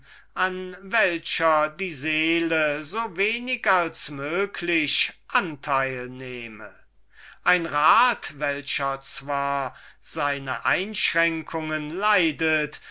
an welcher die seele so wenig als möglich anteil nehme ein rat welcher zwar seine einschränkungen leidet